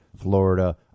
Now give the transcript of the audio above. Florida